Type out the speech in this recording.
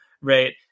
right